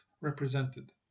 represented